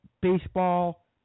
baseball